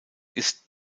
ist